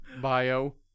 bio